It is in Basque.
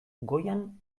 goian